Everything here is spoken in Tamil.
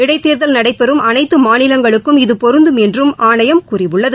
இடைத்தேர்தல் நடைபெறும் அனைத்துமாநிலங்களுக்கும் இது பொருந்தும் என்றுஆணையம் கூறியுள்ளது